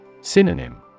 Synonym